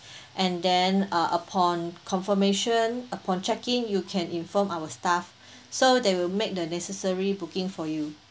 and then uh upon confirmation upon checking you can inform our staff so they will make the necessary booking for you